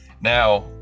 Now